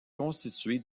constituée